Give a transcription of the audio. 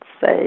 say